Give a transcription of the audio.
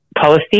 policy